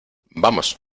vamos